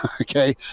okay